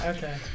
Okay